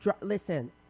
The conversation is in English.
listen